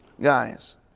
guys